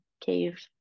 cave